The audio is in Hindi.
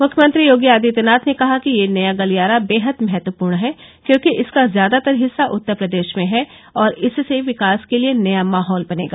मुख्यमंत्री योगी आदित्यनाथ ने कहा कि यह नया गलियारा बेहद महत्वपूर्ण है क्योंकि इसका ज्यादातर हिस्सा उत्तर प्रदेश में है और इससे विकास के लिए नया माहौल बनेगा